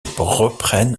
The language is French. reprenne